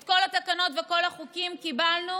את כל התקנות וכל החוקים קיבלנו